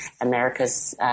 America's